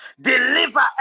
deliver